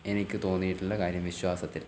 എനിക്കു തോന്നിയിട്ടുള്ള കാര്യം വിശ്വാസത്തിൽ